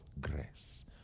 grace